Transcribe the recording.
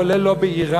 כולל לא באיראן,